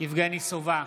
יבגני סובה,